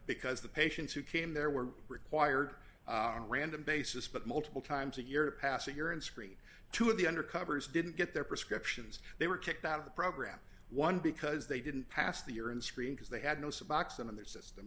because the patients who came there were required random basis but multiple times a year to pass a urine screen to the undercovers didn't get their prescriptions they were kicked out of the program one because they didn't pass the urine screen because they had no suboxone in their system